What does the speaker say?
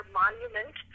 monument